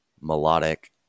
melodic